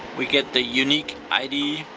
we get the unique id,